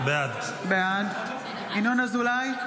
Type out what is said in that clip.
בעד ינון אזולאי,